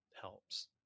helps